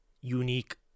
unique